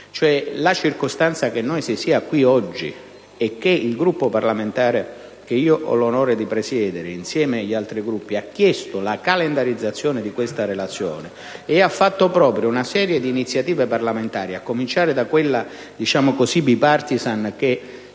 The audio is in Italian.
La circostanza che noi si sia qui oggi e che il Gruppo parlamentare che ho l'onore di presiedere, insieme agli altri Gruppi, abbia chiesto la calendarizzazione di questa relazione, facendo proprie una serie di iniziative parlamentari, a cominciare da quella *bipartisan* che